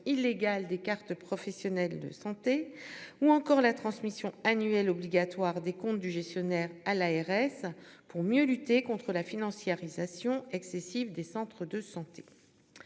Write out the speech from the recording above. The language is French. illégale des cartes professionnelles de santé ou encore la transmission annuelles obligatoires des comptes du gestionnaire à l'ARS pour mieux lutter contre la financiarisation excessive des centres de santé.